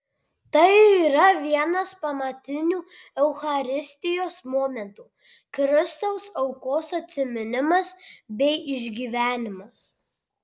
tai ir yra vienas pamatinių eucharistijos momentų kristaus aukos atsiminimas bei išgyvenimas